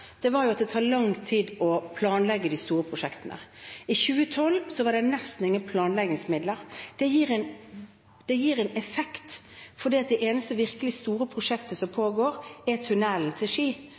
at det tar lang tid å planlegge de store prosjektene. I 2012 var det nesten ingen planleggingsmidler. Det gir en effekt, fordi det eneste virkelig store prosjektet som